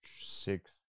Six